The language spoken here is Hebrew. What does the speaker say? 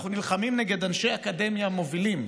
אנחנו נלחמים נגד אנשי אקדמיה מובילים,